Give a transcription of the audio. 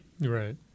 Right